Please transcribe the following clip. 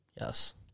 Yes